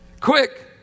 Quick